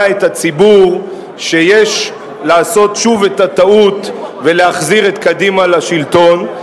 את הציבור שיש לעשות שוב את הטעות ולהחזיר את קדימה לשלטון,